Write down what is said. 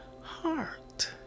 heart